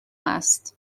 است